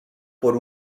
por